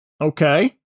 Okay